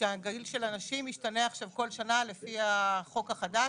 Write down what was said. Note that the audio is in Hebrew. כשהגיל של הנשים ישתנה עכשיו כל שנה לפי החוק החדש,